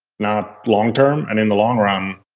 not longterm. and in the long run,